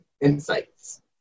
insights